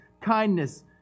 kindness